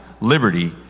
liberty